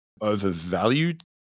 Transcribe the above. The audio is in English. overvalued